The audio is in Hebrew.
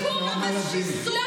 השמיטה אותם מכל מתווה ומכל תמיכה.